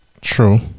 true